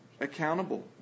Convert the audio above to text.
accountable